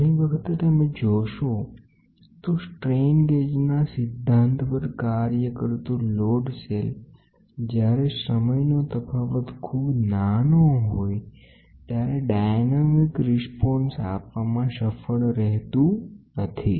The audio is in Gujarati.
ઘણી વખતે તમે જોશો તો સ્ટ્રેન ગેજના સિદ્ધાંત પર કાર્ય કરતો લોડ સેલ જ્યારે સમયનો તફાવત ખૂબ નાનો હોય ત્યારે ડાયનેમિક લોડ માપન અસરકારક થતુ નથી